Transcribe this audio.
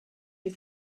you